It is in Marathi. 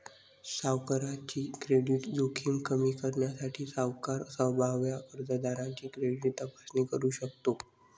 सावकाराची क्रेडिट जोखीम कमी करण्यासाठी, सावकार संभाव्य कर्जदाराची क्रेडिट तपासणी करू शकतो